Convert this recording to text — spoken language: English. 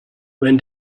when